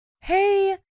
Hey